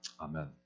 Amen